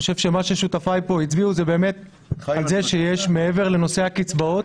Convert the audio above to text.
אני חושב שמה ששותפיי פה הצביעו עליו הוא שמעבר לנושא הקצבאות